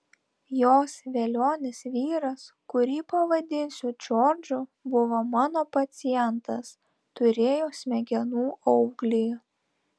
jos velionis vyras kurį pavadinsiu džordžu buvo mano pacientas turėjo smegenų auglį